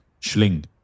Schling